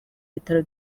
bitaro